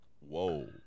Whoa